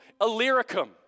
Illyricum